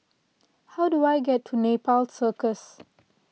how do I get to Nepal Circus